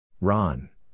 Ron